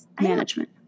management